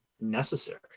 necessary